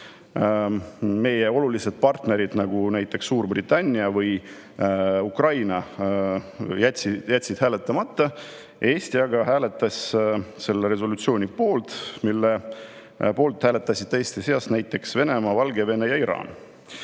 meie olulised partnerid, nagu näiteks Suurbritannia ja Ukraina, jätsid hääletamata. Eesti aga hääletas selle resolutsiooni poolt ja poolt hääletasid teiste seas näiteks ka Venemaa, Valgevene ja Iraan.